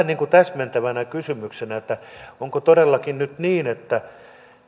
niin kuin täsmentävänä kysymyksenä onko todellakin nyt niin että